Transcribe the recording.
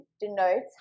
denotes